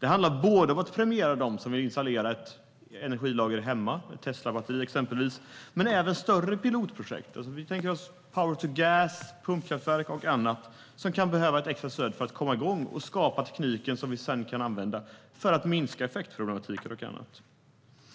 Det handlar både om att premiera dem som vill installera ett energilager hemma med exempelvis ett Teslabatteri men även större pilotprojekt. Vi tänker oss power-to-gas, pumpkraftverk och annat som kan behöva ett extra stöd för att komma igång och skapa tekniken som vi sedan kan använda för att minska effektproblem och annat.